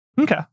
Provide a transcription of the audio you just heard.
Okay